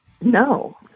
No